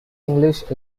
english